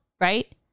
right